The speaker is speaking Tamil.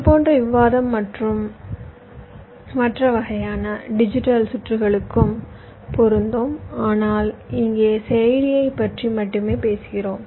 இதேபோன்ற விவாதம் மற்ற வகையான டிஜிட்டல் சுற்றுகளுக்கும் பொருந்தும் ஆனால் இங்கே செயலியைப் பற்றி மட்டுமே பேசுகிறோம்